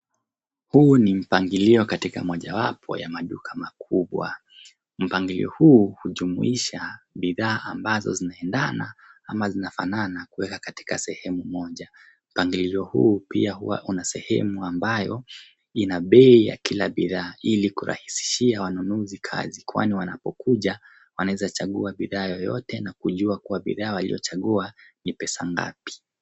Huu ni mpangilio katika mojawapo ya maduka makubwa. Mpangilio huu hujumuisha bidhaa ambazo zinaendana ama zinafanana kuwekwa katika sehemu moja. Mpangilio huu pia una sehemua ambayo ina bei ya kila bidhaa ilikurahisishia wanunuzi kazi kwani wanapokuja wanawezachaguaua bidhaa yoyoyte na kujua kuwa bidhaa waliyochagua ni pesa ngapi.